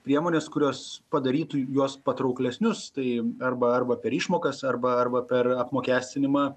priemonės kurios padarytų juos patrauklesnius tai arba arba per išmokas arba arba per apmokestinimą